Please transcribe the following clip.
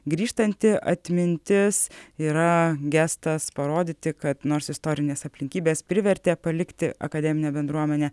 grįžtanti atmintis yra gestas parodyti kad nors istorinės aplinkybės privertė palikti akademinę bendruomenę